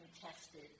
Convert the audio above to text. tested